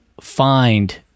find